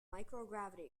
microgravity